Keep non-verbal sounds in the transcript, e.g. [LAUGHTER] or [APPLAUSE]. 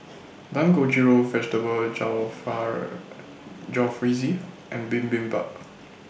Dangojiru Vegetable [UNINTELLIGIBLE] Jalfrezi and Bibimbap